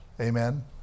Amen